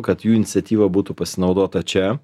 kad jų iniciatyva būtų pasinaudota čia